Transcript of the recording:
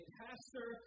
pastor